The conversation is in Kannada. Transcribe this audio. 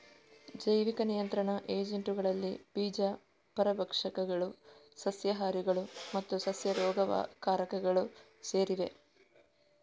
ಜೈವಿಕ ನಿಯಂತ್ರಣ ಏಜೆಂಟುಗಳಲ್ಲಿ ಬೀಜ ಪರಭಕ್ಷಕಗಳು, ಸಸ್ಯಹಾರಿಗಳು ಮತ್ತು ಸಸ್ಯ ರೋಗಕಾರಕಗಳು ಸೇರಿವೆ